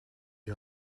die